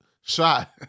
shot